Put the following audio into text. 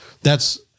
That's-